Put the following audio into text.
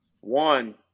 one